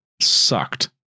sucked